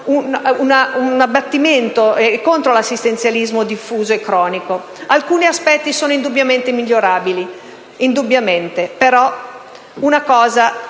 un abbattimento, contro l'assistenzialismo diffuso e cronico. Alcuni aspetti sono indubbiamente migliorabili; indubbiamente,